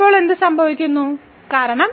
ഇപ്പോൾ എന്ത് സംഭവിക്കും കാരണം